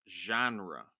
genre